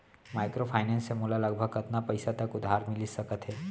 Microfinance से मोला लगभग कतना पइसा तक उधार मिलिस सकत हे?